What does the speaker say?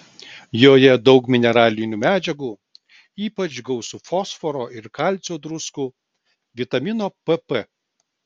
joje daug mineralinių medžiagų ypač gausu fosforo ir kalcio druskų vitamino pp